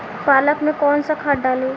पालक में कौन खाद डाली?